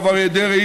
הרב אריה דרעי,